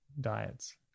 diets